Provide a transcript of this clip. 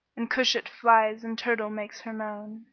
and cushat flies and turtle makes her moan.